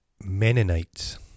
Mennonites